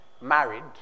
married